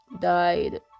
died